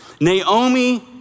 Naomi